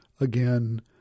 again